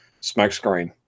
Smokescreen